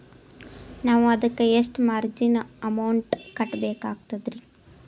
ನಾವು ಅದಕ್ಕ ಎಷ್ಟ ಮಾರ್ಜಿನ ಅಮೌಂಟ್ ಕಟ್ಟಬಕಾಗ್ತದ್ರಿ?